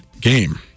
game